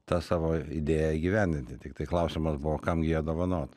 tą savo idėją įgyvendinti tiktai klausimas buvo kam ją dovanot